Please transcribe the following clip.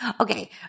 Okay